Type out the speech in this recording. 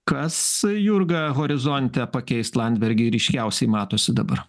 kas jurga horizonte pakeist landsbergį ryškiausiai matosi dabar